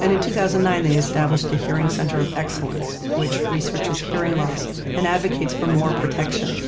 and in two thousand and nine, they established the hearing center of excellence, which researches hearing loss and advocates for more protection